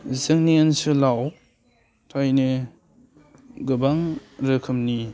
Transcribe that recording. जोंनि ओनसोलाव थारैनो गोबां रोखोमनि